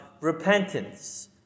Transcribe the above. repentance